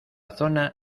zona